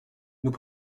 nous